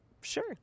Sure